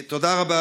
תודה רבה,